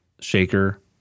shaker